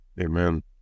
Amen